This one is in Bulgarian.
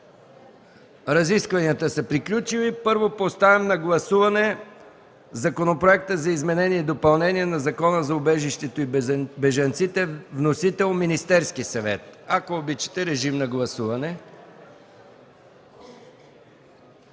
Разискванията са приключили. Първо поставям на гласуване Законопроекта за изменение и допълнение на Закона за убежището и бежанците, вносител – Министерският съвет. Гласували